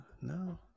No